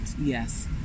Yes